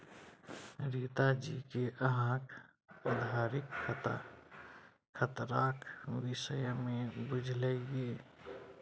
रीता जी कि अहाँक उधारीक खतराक विषयमे बुझल यै?